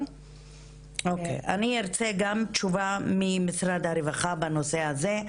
אני ארצה גם תשובה ממשרד הרווחה בנושא הזה,